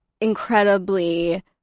incredibly